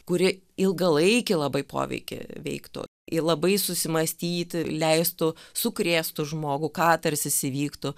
kuri ilgalaikį labai poveikį veiktų ji labai susimąstyti leistų sukrėstų žmogų katarsis įvyktų